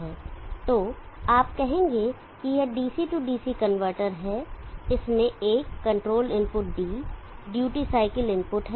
तो आप कहेंगे यह DC DC कनवर्टर है इसमें एक control input D duty cycle input है